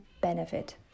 benefit